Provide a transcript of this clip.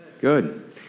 Good